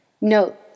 Note